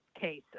case